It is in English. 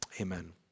Amen